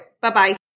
Bye-bye